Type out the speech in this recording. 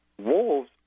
Wolves